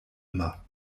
immer